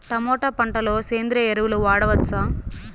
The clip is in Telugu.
టమోటా పంట లో సేంద్రియ ఎరువులు వాడవచ్చా?